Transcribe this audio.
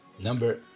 number